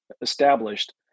established